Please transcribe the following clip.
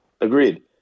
agreed